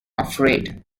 afraid